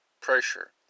Pressure